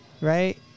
right